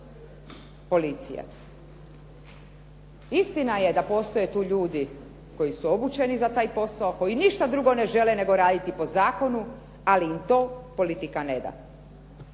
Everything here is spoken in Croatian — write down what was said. policije. Istina je da postoje tu ljudi koji su obučeni za taj posao, koji ništa drugo ne žele nego raditi po zakonu, ali im to politika ne da.